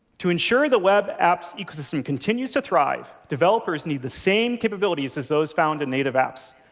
to ensure the web apps ecosystem continues to thrive, developers need the same capabilities as those found in native apps.